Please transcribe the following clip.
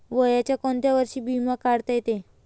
वयाच्या कोंत्या वर्षी बिमा काढता येते?